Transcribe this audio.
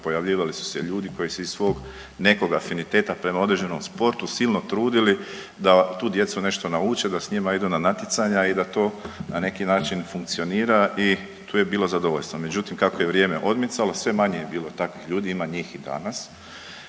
pojavljivali su se ljudi koji su iz svog nekog afiniteta prema određenom sportu silno trudili da tu djecu nešto nauče da s njima idu na natjecanja i da to na neki način funkcionira i tu je bilo zadovoljstva. Međutim, kako je vrijeme odmicalo sve manje je bilo takvih ljudi, ima njih i danas,